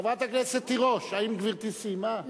חברת הכנסת תירוש, האם גברתי סיימה?